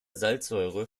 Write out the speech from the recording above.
salzsäure